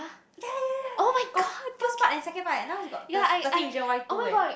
yea yea yea got first part and second part now it's got the thirteen reasons why two leh